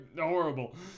horrible